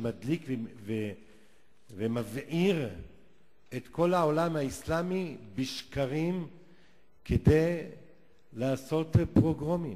שמדליק ומבעיר את כל העולם האסלאמי בשקרים כדי לעשות פוגרומים.